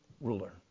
ruler